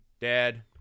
dad